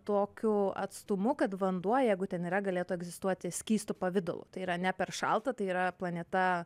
tokiu atstumu kad vanduo jeigu ten yra galėtų egzistuoti skystu pavidalu tai yra ne per šalta tai yra planeta